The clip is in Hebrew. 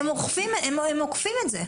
הם עוקפים את זה.